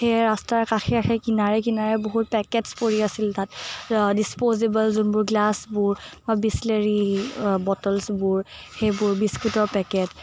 সেই ৰাস্তাৰ কাষে কাষে কিনাৰে কিনাৰে বহুত পেকেটছ পৰি আছিল তাত ডিছপ'জেবল যোনবোৰ গ্লাছবোৰ বা বিছলেৰি বটলছবোৰ সেইবোৰ বিস্কুটৰ পেকেট